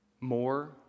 More